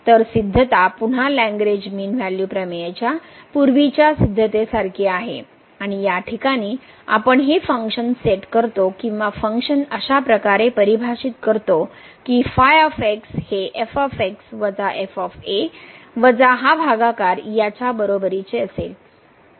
तर सिद्धता पुन्हा लग्रेंज मीन व्हॅल्यू प्रमेयच्या पूर्वीच्या सिद्धते सारखी आहे आणि या ठिकाणी आपण हे फंक्शन सेट करतो किंवा फंक्शन अशा प्रकारे परिभाषित करतो की ϕ हे वजा हा भागाकार याच्या च्या बरोबरीचे असेल